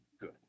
good